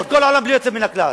בלי יוצא מן הכלל.